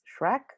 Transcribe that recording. Shrek